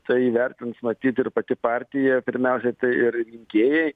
tai įvertins matyt ir pati partija pirmiausia tai ir rinkėjai